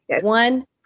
One